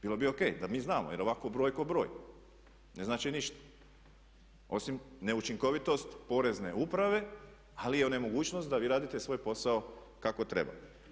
Bilo bi ok da mi znamo jer ovako broj je kao broj, ne znači ništa osim neučinkovitost Porezne uprave ali i nemogućnost da vi radite svoj posao kako treba.